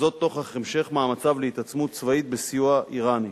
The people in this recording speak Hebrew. וזאת נוכח המשך מאמציו להתעצמות צבאית בסיוע אירני.